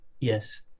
Yes